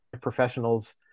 professionals